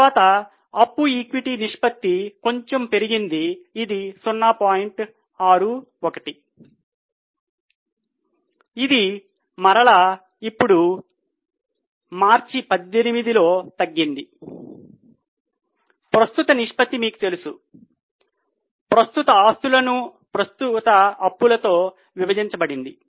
తర్వాత అప్పు ఈక్విటీ నిష్పత్తి లతో విభజించబడింది